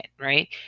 right